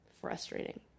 frustrating